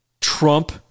Trump